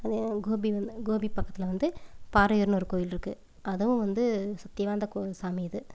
அதே கோபி வந்து கோபி பக்கத்தில் வந்து பாரையூர்னு ஒரு கோவில் இருக்குது அதுவும் வந்து சக்தி வாய்ந்த கோவில் சாமி இது